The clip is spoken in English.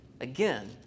Again